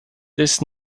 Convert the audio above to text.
this